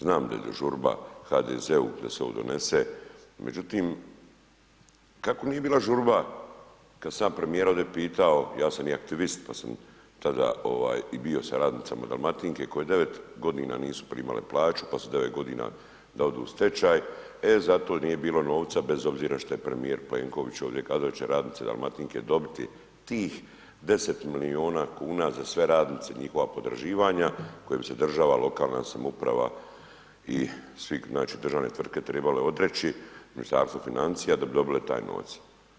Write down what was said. Znam da je žurba HDZ-u da se ovo donese, međutim, kako nije bila žurba kad sam ja premijera ovdje pitao, ja sam i aktivist, pa sam tada i bio sa radnicama Dalmatinke, koje 9 godina nisu primale plaću, pa su 9 godina da odu u stečaj, e za to nije bilo novca bez obzira što je premijer Plenković ovdje rekao da će radnice Dalmatinke dobiti ih 10 milijuna kuna, za sve radnice i njihova potraživanja, koje bi se država, lokalna samouprava i svi znači državne tvrtke trebale odreći, Ministarstvo financija, da bi dobile taj novac.